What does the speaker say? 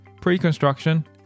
pre-construction